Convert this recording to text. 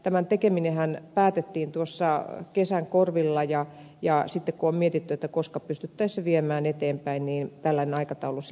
tämän tekeminenhän päätettiin tuossa kesän korvilla ja sitten kun on mietitty koska pystyttäisiin viemään se eteenpäin niin tällainen aikataulu sille nyt on luotu